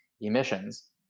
emissions